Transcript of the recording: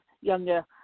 younger